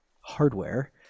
hardware